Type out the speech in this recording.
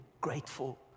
grateful